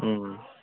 ꯎꯝ